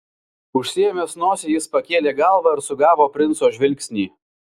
užsiėmęs nosį jis pakėlė galvą ir sugavo princo žvilgsnį